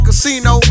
Casino